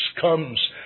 comes